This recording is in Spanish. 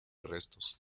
restos